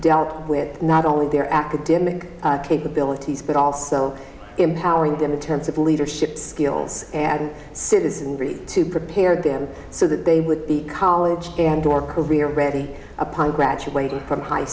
dealt with not only their academic capabilities but also empowering them in terms of leadership skills and citizenry to prepare them so that they would be college and or career ready upon graduating from high